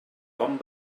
com